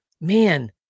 man